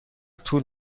طول